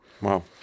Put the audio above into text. wow